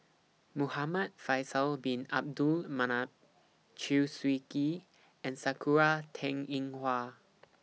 Muhamad Faisal Bin Abdul Manap Chew Swee Kee and Sakura Teng Ying Hua